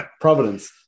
providence